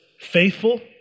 faithful